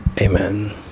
amen